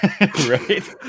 Right